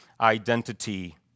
identity